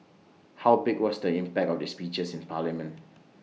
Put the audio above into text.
how big was the impact of these speeches in parliament